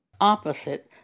opposite